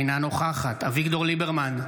אינה נוכחת אביגדור ליברמן,